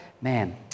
man